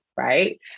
right